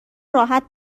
راحت